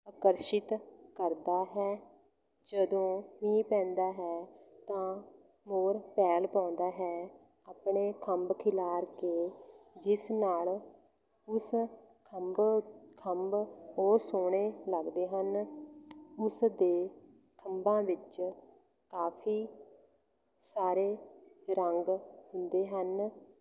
ਆਕਰਸ਼ਿਤ ਕਰਦਾ ਹੈ ਜਦੋਂ ਮੀਂਹ ਪੈਂਦਾ ਹੈ ਤਾਂ ਮੋਰ ਪੈਲ ਪਾਉਂਦਾ ਹੈ ਆਪਣੇ ਖੰਭ ਖਿਲਾਰ ਕੇ ਜਿਸ ਨਾਲ ਉਸ ਖੰਭ ਖੰਭ ਉਹ ਸੋਹਣੇ ਲੱਗਦੇ ਹਨ ਉਸਦੇ ਖੰਭਾਂ ਵਿੱਚ ਕਾਫੀ ਸਾਰੇ ਰੰਗ ਹੁੰਦੇ ਹਨ